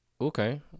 Okay